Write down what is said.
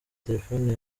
telefone